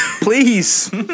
please